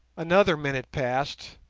another minute passed,